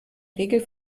regel